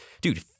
dude